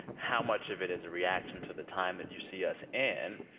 how much of it is a reaction to the time that you see us in?